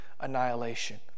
annihilation